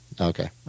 Okay